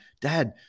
dad